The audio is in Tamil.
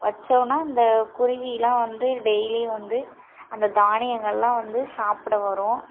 வச்சோன்னா இந்த குருவிலாம் வந்து டெய்லியும் வந்து அந்த தானியங்கள்லாம் வந்து சாப்பிட வரும்